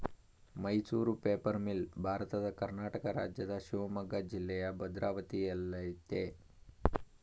Mysuru paper mill ಭಾರತದ ಕರ್ನಾಟಕ ರಾಜ್ಯದ ಶಿವಮೊಗ್ಗ ಜಿಲ್ಲೆಯ ಭದ್ರಾವತಿಯಲ್ಲಯ್ತೆ